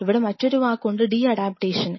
ഇവിടെ മറ്റൊരു വാക്ക് ഉണ്ട് ഡി അഡാപ്റ്റേഷൻ